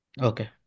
Okay